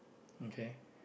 okay